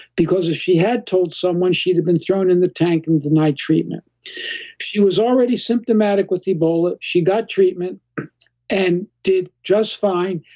because if she had told someone, she'd had been thrown in the tank in the night treatment she was already symptomatic with ebola, she got treatment and did just fine.